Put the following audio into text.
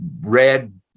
red